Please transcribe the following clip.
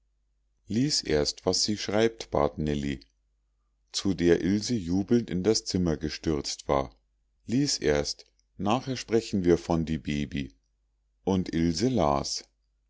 lies erst was sie schreibt bat nellie zu der ilse jubelnd in das zimmer gestürzt war lies erst nachher sprechen wir von die baby und ilse las